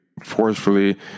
forcefully